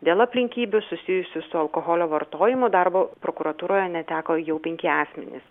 dėl aplinkybių susijusių su alkoholio vartojimu darbo prokuratūroje neteko jau penki asmenys